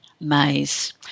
maze